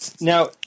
Now